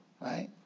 right